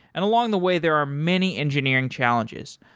and along the way, there are many engineering challenges.